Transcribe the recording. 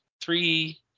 three